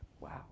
wow